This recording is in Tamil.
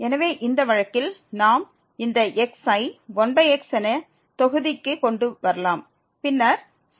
எனவே இந்த வழக்கில் நாம் இந்த x ஐ 1x என்ற தொகுதிக்கு கொண்டு வரலாம் பின்னர் sin 2x